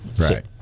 Right